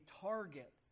target